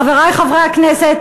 חברי חברי הכנסת,